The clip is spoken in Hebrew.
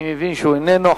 אני מבין שהוא איננו.